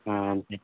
అంతే